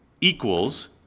equals